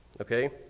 Okay